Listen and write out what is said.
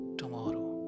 tomorrow